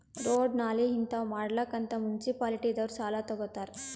road, ನಾಲಿ ಹಿಂತಾವ್ ಮಾಡ್ಲಕ್ ಅಂತ್ ಮುನ್ಸಿಪಾಲಿಟಿದವ್ರು ಸಾಲಾ ತಗೊತ್ತಾರ್